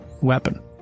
weapon